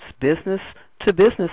business-to-business